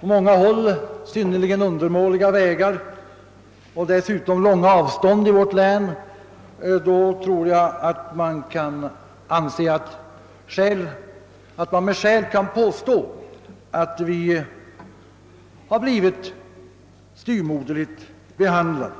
på många håll i länet har synnerligen undermåliga vägar och dessutom långa avstånd, torde man med skäl kunna påstå att vi har blivit styvmoderligt behandlade.